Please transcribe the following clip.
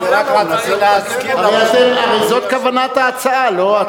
אני רק רציתי להזכיר, הרי זאת כוונת ההצעה, לא?